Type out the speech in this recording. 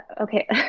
okay